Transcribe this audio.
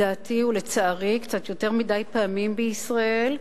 ולצערי קצת יותר מדי פעמים בישראל,